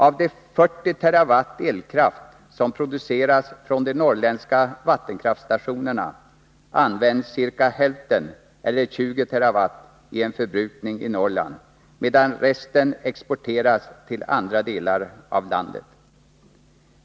Av de 40 TWh elkraft som de norrländska vattenkraftsstationerna producerar, förbrukas ca hälften, eller 20 TWh, i Norrland, medan resten exporteras till andra delar av landet.